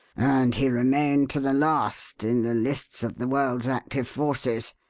and he remained to the last in the lists of the world's active forces.